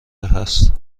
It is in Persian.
است